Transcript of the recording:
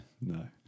no